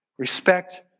Respect